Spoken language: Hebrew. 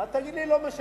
אל תגיד לי "לא משנה".